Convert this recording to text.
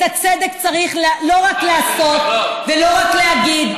את הצדק צריך לא רק לעשות ולא רק להגיד,